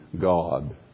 God